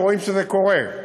כשרואים שזה קורה.